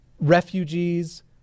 Refugees